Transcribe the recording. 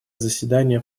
заседание